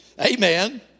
amen